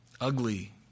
Ugly